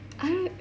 I don't